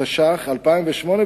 התשס"ח-2008,